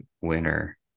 winner